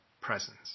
presence